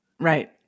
Right